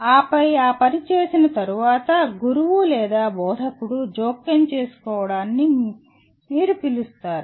ఆపై ఆ పని చేసిన తరువాత గురువు లేదా బోధకుడు జోక్యం చేసుకోవడాన్ని మీరు పిలుస్తారు